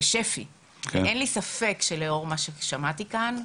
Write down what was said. ואין לי ספק שלאור מה ששמעתי כאן,